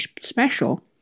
special